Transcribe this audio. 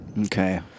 Okay